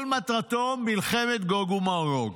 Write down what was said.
כל מטרתו מלחמת גוג ומגוג.